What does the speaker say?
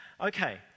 Okay